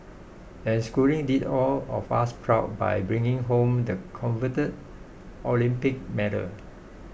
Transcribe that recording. and Schooling did all of us proud by bringing home the coveted Olympic medal